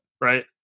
right